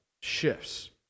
shifts